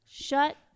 Shut